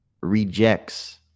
rejects